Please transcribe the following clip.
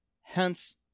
Hence